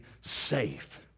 safe